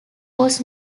was